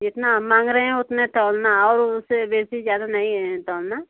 जितना हम माँग रहे हैं उतने तोलना और उससे बेशी ज़्यादा नहीं तोलना